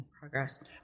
progress